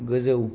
गोजौ